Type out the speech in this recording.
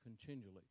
continually